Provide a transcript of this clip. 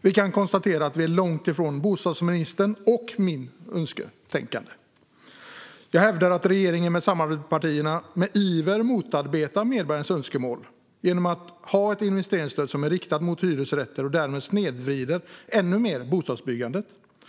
Vi är alltså långt ifrån både bostadsministerns och min önskesituation. Jag hävdar att regeringen och samarbetspartierna med iver motarbetar medborgarnas önskemål genom att ha ett investeringsstöd som är riktat mot hyresrätter och därmed snedvrider bostadsbyggandet ännu mer.